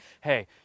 hey